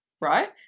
right